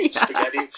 spaghetti